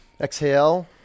Exhale